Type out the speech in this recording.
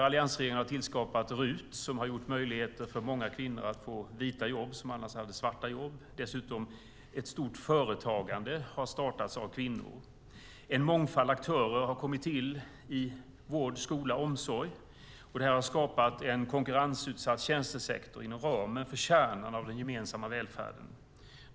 Alliansregeringen har tillskapat RUT, som har gett möjligheter för många kvinnor att få vita jobb som annars hade varit svarta jobb. Dessutom har ett stort företagande startats av kvinnor. En mångfald aktörer har kommit till inom vård, skola och omsorg. Det här har skapat en konkurrensutsatt tjänstesektor inom ramen för kärnan av den gemensamma välfärden.